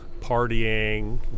partying